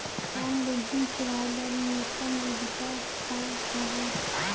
Non banking सेवाएं बर न्यूनतम योग्यता का हावे?